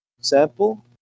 sample